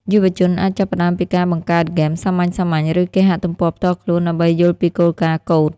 យុវជនអាចចាប់ផ្តើមពីការបង្កើតហ្គេមសាមញ្ញៗ ឬគេហទំព័រផ្ទាល់ខ្លួនដើម្បីយល់ពីគោលការណ៍កូដ។